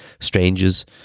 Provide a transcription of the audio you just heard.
strangers